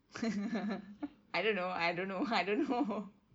I don't know I don't know I don't know